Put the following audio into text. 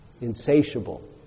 insatiable